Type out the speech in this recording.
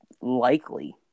likely